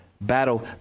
battle